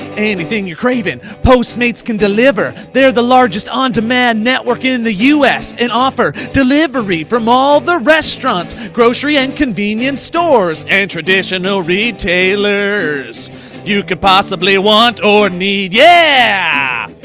anything you're craving postmates can deliver, they're the largest on demand network in the us and offer delivery from all the restaurants, grocery and convenience stores, and traditional retailers you could possibly want or need yeah,